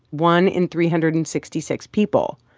one in three hundred and sixty six people.